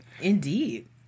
Indeed